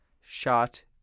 shot